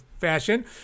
fashion